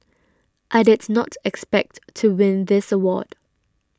I did not expect to win this award